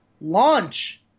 Launch